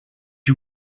you